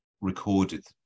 recorded